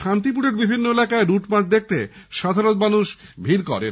শান্তিপুরের বিভিন্ন এলাকায় রুট মার্চ দেখতে সাধারণ মানুষ ভীড় করেন